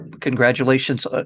congratulations